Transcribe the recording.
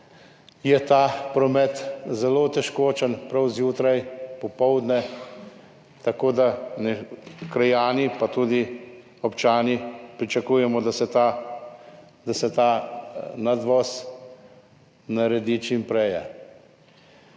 je ta promet zelo otežkočen, prav zjutraj, popoldne, tako da krajani in tudi občani pričakujemo, da se ta nadvoz naredi čim prej.